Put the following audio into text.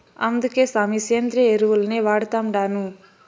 అందుకే సామీ, సేంద్రియ ఎరువుల్నే వాడతండాను